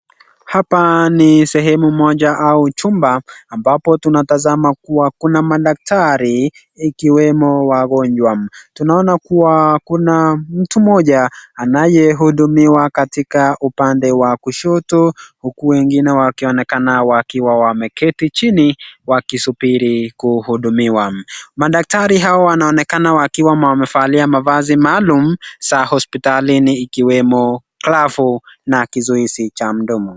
Hapa ni sehemu moja au chumba ambapo tunatazama kuwa kuna madaktari ikiwemo wagonjwa. Tunaona kuwa kuna mtu mmoja anayehudumiwa katika upande wa kushoto huku wengine wakionekana wakiwa wameketi chini wakisubiri kuhudumiwa. Madaktari hao wanaonekana wakiwa wamevalia mavazi maalum za hospitalini ikiwemo glavu na kizuizi cha mdomo.